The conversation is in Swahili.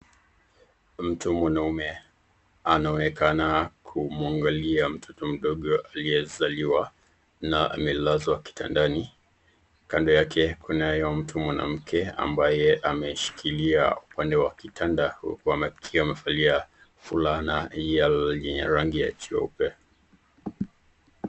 Mtu mwanaume ,anaonekana kumwangalia mtoto mdogo aliyezaliwa, na amelezwa kitandani kando yake kuna naye mtu mwanamke ambaye ameshikilia upande wa kitanda huku akiwa amevalia fulana ya rangi ya jeupe.